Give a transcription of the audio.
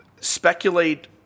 speculate